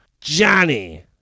Johnny